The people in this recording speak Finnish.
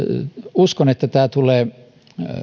uskon tulee